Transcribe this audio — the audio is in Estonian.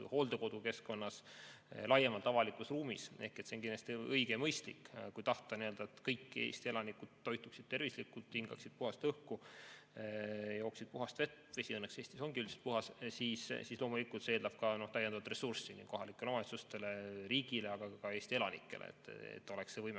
hooldekodukeskkonnas, laiemalt avalikus ruumis. See on kindlasti õige ja mõistlik. Kui tahta, et kõik Eesti elanikud toituksid tervislikult, hingaksid puhast õhku, jooksid puhast vett – vesi õnneks Eestis ongi üldiselt puhas –, siis loomulikult eeldab see täiendavat ressurssi kohalikele omavalitsustele, riigile, aga ka Eesti elanikele, et oleks võimekus